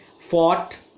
fought